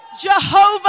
Jehovah